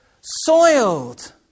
soiled